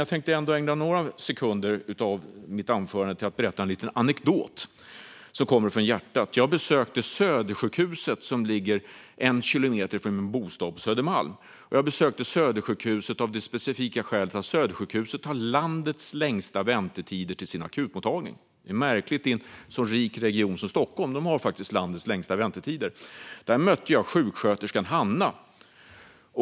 Jag tänker ägna några sekunder av mitt anförande åt att berätta en liten anekdot som kommer från hjärtat. Som landstingsråd besökte jag Södersjukhuset, som ligger en kilometer från min bostad på Södermalm, av det specifika skälet att Södersjukhuset har landets längsta väntetider till sin akutmottagning - det är märkligt att man i en så rik region som Stockholm faktiskt har landets längsta väntetider. Där mötte jag sjuksköterskan Hanna.